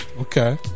Okay